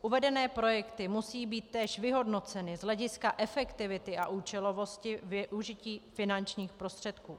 Uvedené projekty musí být též vyhodnoceny z hlediska efektivity a účelovosti využití finančních prostředků.